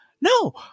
No